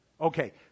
Okay